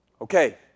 Okay